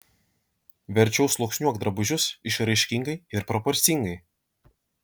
verčiau sluoksniuok drabužius išraiškingai ir proporcingai